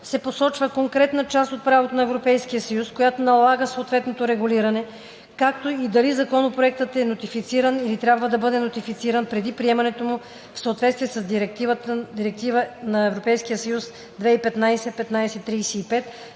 се посочва конкретна част от правото на Европейския съюз, която налага съответното регулиране, както и дали законопроектът е нотифициран или трябва да бъде нотифициран преди приемането му в съответствие с Директива (ЕС) 2015/1535